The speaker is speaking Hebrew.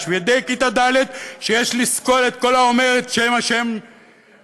ואת ילדי כיתה ד' שיש לסקול את כל האומר את שם השם המפורש,